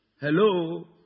Hello